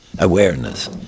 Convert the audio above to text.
awareness